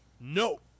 No